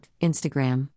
Instagram